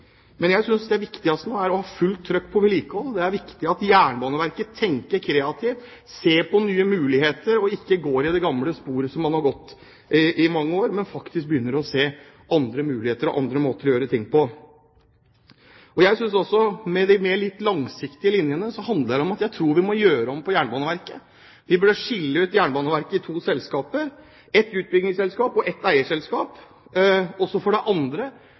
men så plutselig sa at hvis hun hadde fått penger, kunne hun gjort det. Jeg synes det viktigste nå er å ha fullt trykk på vedlikehold. Det er viktig at Jernbaneverket tenker kreativt, ser på nye muligheter og ikke går i det gamle sporet som man har gått i i mange år, men faktisk begynner å se etter andre muligheter og andre måter å gjøre ting på. Når det gjelder de langsiktige linjene, handler det om at jeg tror vi må gjøre om Jernbaneverket. Vi burde skille ut Jernbaneverket i to selskaper, et utbyggingsselskap og et eierselskap. Noe av det